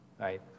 right